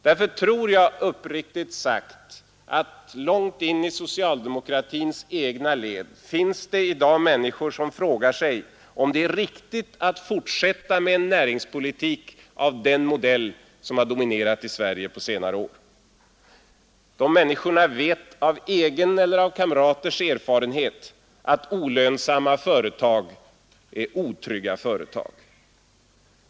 Därför tror jag, uppriktigt sagt, att det långt in i socialdemokratins egna led i dag finns människor som frågar sig om det är riktigt att fortsätta med en näringspolitik av den modell som har dominerat i Sverige på senare år. De människorna vet av egen eller kamraters erfarenhet att olönsamma företag är otrygga företag.